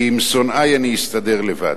כי עם שונאי אני אסתדר לבד.